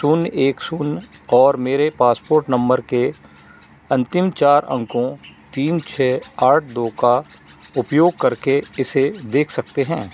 शून्य एक शून्य और मेरे पासपोर्ट नंबर के अंतिम चार अंकों तीन छः आठ दो का उपयोग करके इसे देख सकते हैं